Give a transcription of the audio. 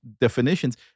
definitions